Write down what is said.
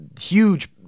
huge